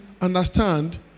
understand